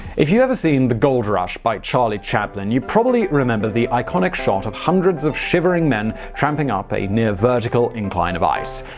if you've ever seen the gold rush by charlie chaplain, you probably remember the iconic shot of hundreds of shivering men tramping up a near-vertical incline of ice.